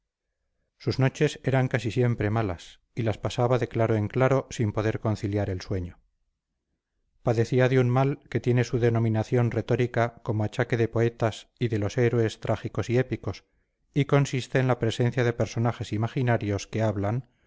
sus noches eran casi siempre malas y las pasaba de claro en claro sin poder conciliar el sueño padecía de un mal que tiene su denominación retórica como achaque de poetas y de los héroes trágicos y épicos y consiste en la presencia de personajes imaginarios que hablan